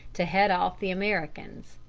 to head off the americans.